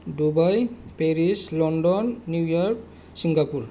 Dubai Paris London New York Singapore